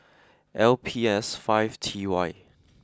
L P S five T Y